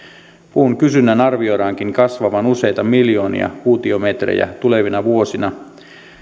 puun kysynnän arvioidaankin kasvavan useita miljoonia kuutiometrejä tulevina vuosina